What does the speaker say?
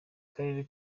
karere